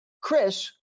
Chris